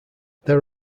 there